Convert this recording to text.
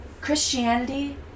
Christianity